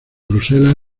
bruselas